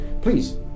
Please